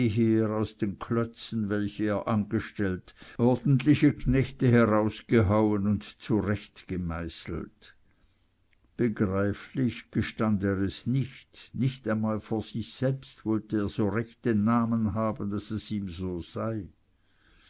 aus den klötzen welche er angestellt ordentliche knechte herausgehauen und zurechtgemeißelt begreiflich gestand er es nicht nicht einmal vor sich selbst wollte er so recht den namen haben daß es ihm so sei